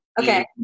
Okay